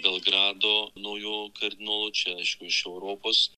belgrado nauju kardinolu čia aišku iš europos